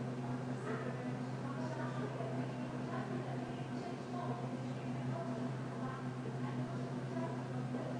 חייבת לומר שאנחנו ננהל כאן מדיניות שווה בתוך הוועדה,